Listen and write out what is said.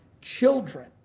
children